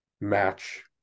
match